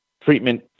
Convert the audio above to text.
treatment